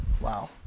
wow